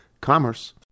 commerce